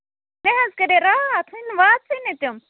مےٚ حظ کَرے راتھ وٕنہِ واژٕے نہٕ تِم